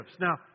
Now